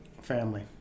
Family